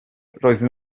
roedden